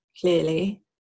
clearly